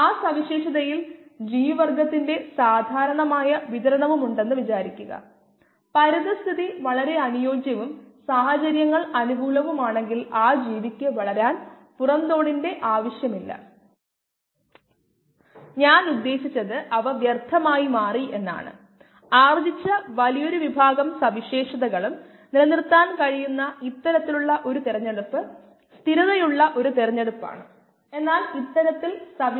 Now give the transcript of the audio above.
70 degree സെൽഷ്യസിൽ കോശങ്ങളുടെ സാന്ദ്രത അതിന്റെ യഥാർത്ഥ മൂല്യത്തിന്റെ 20 ശതമാനമായി കുറയ്ക്കാൻ 5 മിനിറ്റ് എടുക്കുമെന്നും ഇത് പറയുന്നു